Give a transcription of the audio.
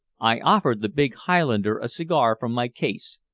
i offered the big highlander a cigar from my case,